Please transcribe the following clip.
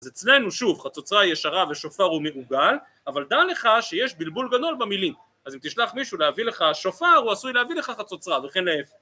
אז אצלנו שוב חצוצרה ישרה ושופר הוא מעוגל אבל דע לך שיש בלבול גדול במילים אז אם תשלח מישהו להביא לך שופר הוא עשוי להביא לך חצוצרה וכן להפך